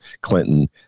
Clinton